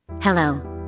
Hello